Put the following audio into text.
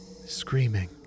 screaming